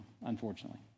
unfortunately